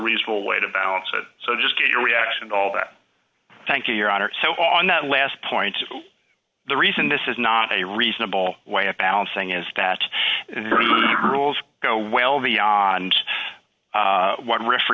reasonable way to balance it so just get your reaction to all that thank you your honor so on that last point the reason this is not a reasonable way of balancing is that the rules go well beyond what ref